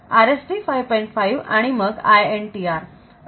5 आणि मग INTR